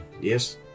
Yes